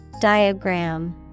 Diagram